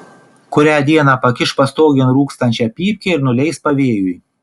kurią dieną pakiš pastogėn rūkstančią pypkę ir nuleis pavėjui